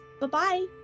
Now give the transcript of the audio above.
Bye-bye